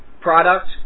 product